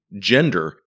gender